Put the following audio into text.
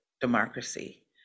democracy